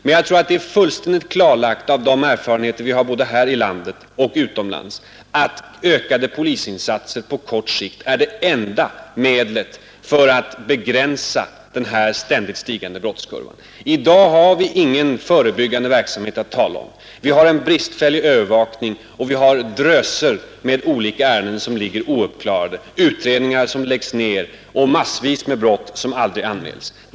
Men jag tror det är fullständigt klarlagt av de erfarenheter vi har, både här i landet och utomlands, att ökade polisinsatser på kort sikt är det enda medlet för att begränsa den ständigt stigande brottskurvan. I dag har vi ingen förebyggande verksamhet att tala om. Vi har en bristfällig övervakning och dröser med olika ärende som ligger ouppklarade, utredningar som läggs ned och massvis med brott som aldrig anmäls.